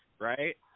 right